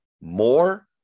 more